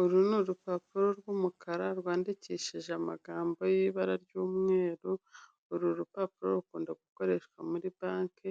Uru ni urupapuro rw'umukara rwandikishije amagambo y'ibara ry'umweru, uru rupapuro rukunda gukoreshwa muri banki